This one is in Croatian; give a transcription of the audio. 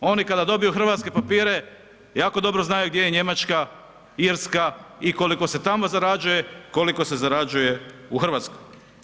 Oni kada dobiju hrvatske papire jako dobro znaju gdje je Njemačka, Irska i koliko se tamo zarađuje, koliko se zarađuje u Hrvatskoj.